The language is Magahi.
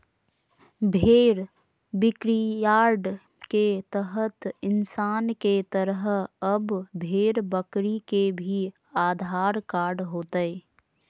भेड़ बिक्रीयार्ड के तहत इंसान के तरह अब भेड़ बकरी के भी आधार कार्ड होतय